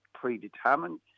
predetermined